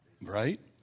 Right